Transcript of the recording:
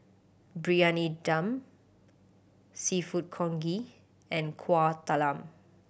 Briyani Dum Seafood Congee and Kueh Talam